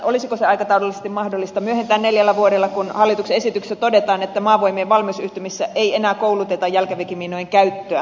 olisiko aikataulullisesti mahdollista myöhentää sitä neljällä vuodella kun hallituksen esityksessä toisaalta todetaan että maavoimien valmiusyhtymissä ei enää kouluteta jalkaväkimiinojen käyttöä